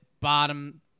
bottom